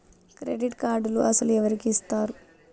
Credit కార్డులు అసలు ఎవరికి ఇస్తారు?